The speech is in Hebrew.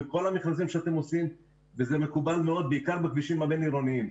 זה כל המכרזים שאתם עושים וזה מקובל מאוד עיקר בכבישים הבין-עירוניים.